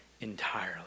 entirely